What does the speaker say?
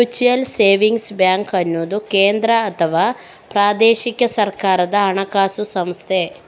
mutual savings bank ಅನ್ನುದು ಕೇಂದ್ರ ಅಥವಾ ಪ್ರಾದೇಶಿಕ ಸರ್ಕಾರದ ಹಣಕಾಸು ಸಂಸ್ಥೆ